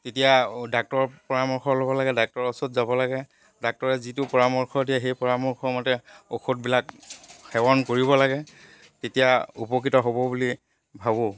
তেতিয়া ডাক্তৰ পৰামৰ্শ ল'ব লাগে ডাক্টৰৰ ওচৰত যাব লাগে ডাক্টৰে যিটো পৰামৰ্শ দিয়ে সেই পৰামৰ্শমতে ঔষধবিলাক সেৱন কৰিব লাগে তেতিয়া উপকৃত হ'ব বুলি ভাবোঁ